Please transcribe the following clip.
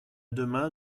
demain